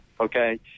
okay